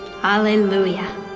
Hallelujah